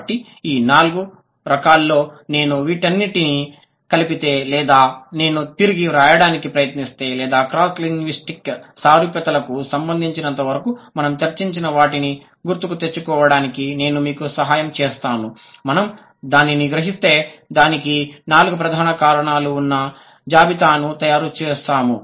కాబట్టి ఈ నాలుగు రకాల్లో నేను వీటన్నింటిని కలిపితే లేదా నేను తిరిగి వ్రాయడానికి ప్రయత్నిస్తే లేదా క్రాస్ లింగ్విస్టిక్ సారూప్యతలకు సంబంధించినంతవరకు మనం చర్చించిన వాటిని గుర్తుకు తెచ్చుకోవటానికి నేను మీకు సహాయం చేస్తాను మనం దానిని గ్రహిస్తే దానికి నాలుగు ప్రధాన కారణాలు ఉన్న జాబితాను తయారు చేసాము